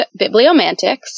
Bibliomantics